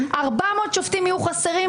400 שופטים יהיו חסרים?